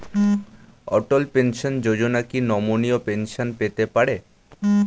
অটল pension Yojana কি নমনীয় pension পেতে পারে?